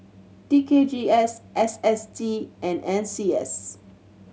T K G S S S T and N C S